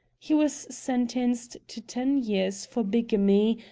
he was sentenced to ten years for bigamy,